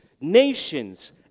nations